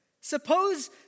Suppose